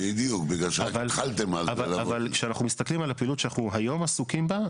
אבל כשאנחנו מסתכלים על הפעילות שאנחנו היום עסוקים בה,